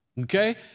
Okay